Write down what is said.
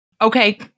okay